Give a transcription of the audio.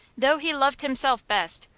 though he loved himself best,